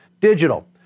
Digital